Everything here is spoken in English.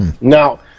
Now